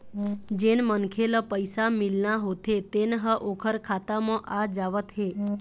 जेन मनखे ल पइसा मिलना होथे तेन ह ओखर खाता म आ जावत हे